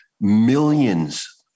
millions